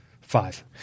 Five